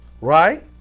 Right